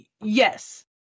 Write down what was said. Yes